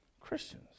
Christians